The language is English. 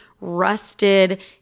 rusted